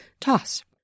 Toss